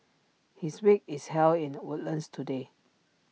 his wake is held in Woodlands today